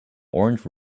orange